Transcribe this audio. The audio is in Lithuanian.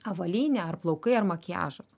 avalynė ar plaukai ar makiažas